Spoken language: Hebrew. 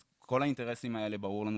אז, כל האינטרסים האלה ברור לנו